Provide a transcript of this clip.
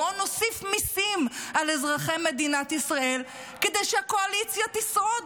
בואו נוסיף מיסים על אזרחי מדינת ישראל כדי שהקואליציה תשרוד.